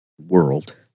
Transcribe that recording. world